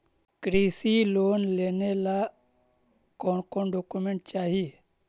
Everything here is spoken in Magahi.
कृषि लोन लेने ला कोन कोन डोकोमेंट चाही?